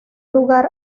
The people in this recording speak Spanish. lugar